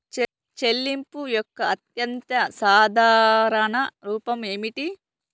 చెల్లింపు యొక్క అత్యంత సాధారణ రూపం ఏమిటి?